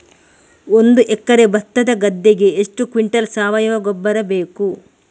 ಒಂದು ಎಕರೆ ಭತ್ತದ ಗದ್ದೆಗೆ ಎಷ್ಟು ಕ್ವಿಂಟಲ್ ಸಾವಯವ ಗೊಬ್ಬರ ಬೇಕು?